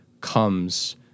comes